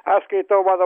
aš skaitau mano